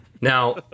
Now